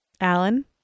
Alan